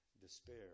despair